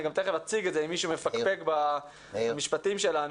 אני גם תכף אציג את זה אם מישהו מפקפק במשפטים שלנו,